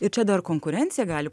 ir čia dar konkurencija gali